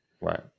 Right